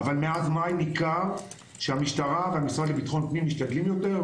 אבל מאז מאי ניכר שהמשטרה והמשרד לביטחון פנים משתדלים יותר,